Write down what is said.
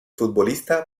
futbolista